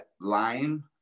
line